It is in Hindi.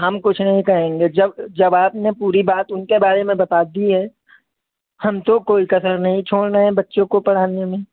हम कुछ नहीं कहेंगे जब जब आपने पूरी बात उनके बारे में बता दी है हम तो कोई कसर नहीं छोड़ रहे बच्चों को पढ़ाने में